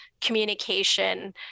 communication